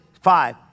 five